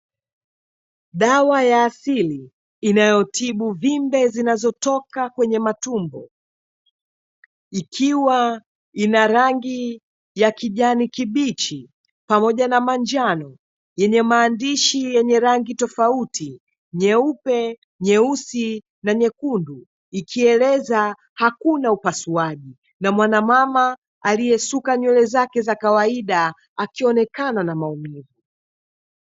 Dawa ya asili inayotibu vimbe zinazo toka kwenye matumbo, ikiwa ina rangi ya kijani kibichi pamoja na manjano yenye maandishi yenye rangi tofauti nyeupe na nyeusi na nyekundu. Ikieleza hakuna upasuaji na mwana mama aliyesuka nywele zake za kawaida akionekana na maumivu.